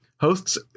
Hosts